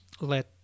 let